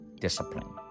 discipline